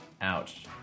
ouch